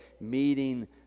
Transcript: meeting